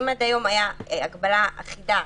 אם עד היום הייתה הגבלה אחידה